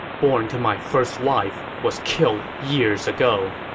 born to my first wife, was killed years ago.